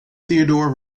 theodore